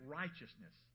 righteousness